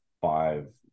five